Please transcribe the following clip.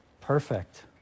Perfect